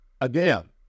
again